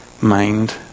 mind